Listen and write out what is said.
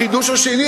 החידוש השני,